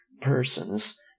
persons